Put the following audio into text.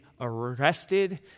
arrested